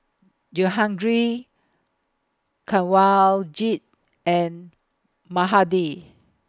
Jehangirr Kanwaljit and Mahade